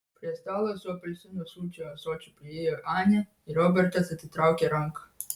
prie stalo su apelsinų sulčių ąsočiu priėjo anė ir robertas atitraukė ranką